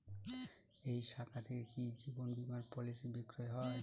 এই শাখা থেকে কি জীবন বীমার পলিসি বিক্রয় হয়?